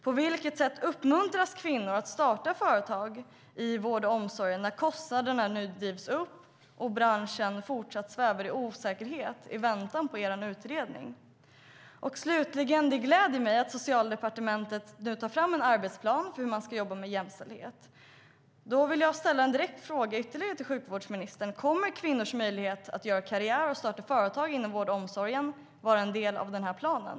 På vilket sätt uppmuntras kvinnor att starta företag i vård och omsorg när kostnaderna drivs upp och branschen fortsätter att sväva i osäkerhet i väntan på er utredning? Det gläder mig att Socialdepartementet tar fram en arbetsplan för hur man ska jobba med jämställdhet. Jag vill ställa ytterligare en direkt fråga till sjukvårdsministern. Kommer kvinnors möjlighet att göra karriär och starta företag inom vård och omsorg att vara en del av planen?